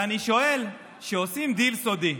ואני שואל: כשעושים דיל סודי,